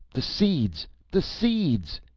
the seeds! the seeds!